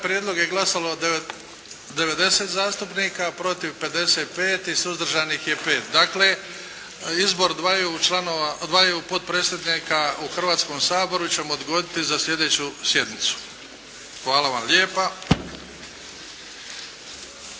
prijedlog je glasalo 90 zastupnika, protiv 55 i suzdržanih je 5. Dakle, izbor dvaju potpredsjednika u Hrvatskom saboru ćemo odgoditi za slijedeću sjednicu. Hvala vam lijepa.